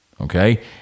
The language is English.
Okay